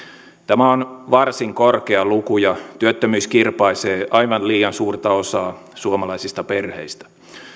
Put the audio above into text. on varsin korkea luku ja työttömyys kirpaisee aivan liian suurta osaa suomalaista perheistä